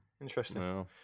interesting